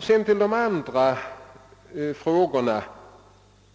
Sedan till de andra frågorna!